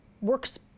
works